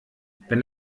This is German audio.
wenn